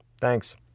Thanks